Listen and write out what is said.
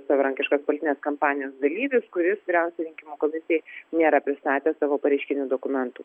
savarankiškas politinės kampanijos dalyvis kuris vyriausiajai rinkimų komisijai nėra pristatęs savo pareiškinių dokumentų